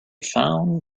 found